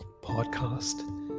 podcast